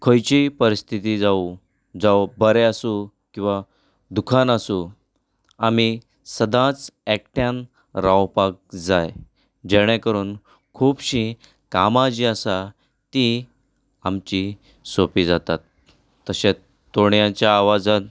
खंयचीय परिस्थिती जावं जावं बरें आसूं दुखान आसूं आमी सदांच एकठांय रावपाक जाय जेणें करून खुबशीं कामा जीं आसात तीं आमची सोंपी जातात तशेंच तोणयांच्या आवाजांत